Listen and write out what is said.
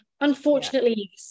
unfortunately